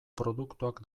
produktuak